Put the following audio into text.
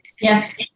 yes